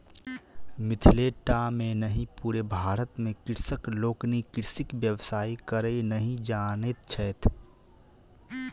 मिथिले टा मे नहि पूरे भारत मे कृषक लोकनि कृषिक व्यवसाय करय नहि जानैत छथि